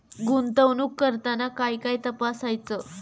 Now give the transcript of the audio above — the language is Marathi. गुंतवणूक करताना काय काय तपासायच?